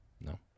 No